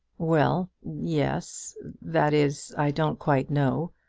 well yes that is, i don't quite know.